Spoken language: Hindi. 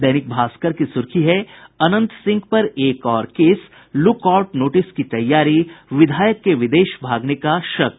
दैनिक भास्कर की सुर्खी है अनंत सिंह पर एक और केस लुकआउट नोटिस की तैयारी विधायक के विदेश भागने का शक